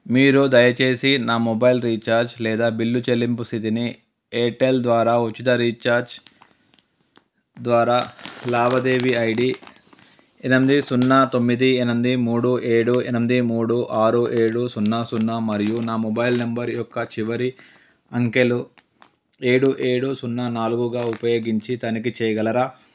మీరు దయచేసి నా మొబైల్ రీఛార్జ్ లేదా బిల్లు చెల్లింపు స్థితిని ఎయిర్టెల్ ద్వారా ఉచిత రీఛార్జ్ ద్వారా లావాదేవీ ఐ డీ ఎనిమిది సున్నా తొమ్మిది ఎనిమిది మూడు ఏడు ఎనిమిది మూడు ఆరు ఏడు సున్నా సున్నా మరియు నా మొబైల్ నెంబర్ యొక్క చివరి అంకెలు ఏడు ఏడు సున్నా నాలుగుగా ఉపయోగించి తనిఖీ చేయగలరా